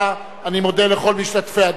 אני מודה לכל משתתפי הדיון.